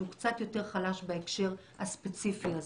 שהוא קצת יותר חלש בהקשר הספציפי הזה.